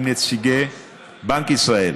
עם נציגי בנק ישראל,